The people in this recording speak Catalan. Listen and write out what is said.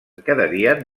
quedarien